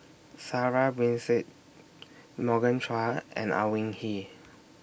Sarah Winstedt Morgan Chua and Au Hing Yee